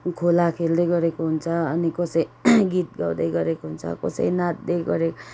खोला खेल्दै गरेको हुन्छ अनि कसै गीत गाउँदै गरेको कसै नाच्दै गरे